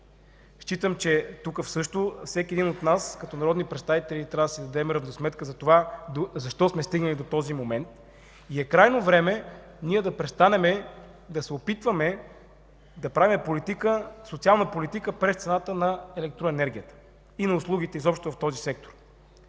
Считам, че тук също всеки един от нас като народен представител трябва да си даде сметка защо сме стигнали до този момент. Крайно време е ние да престанем да се опитваме да правим социална политика през цената на електроенергията и на услугите изобщо в този сектор.